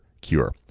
cure